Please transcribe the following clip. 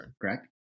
correct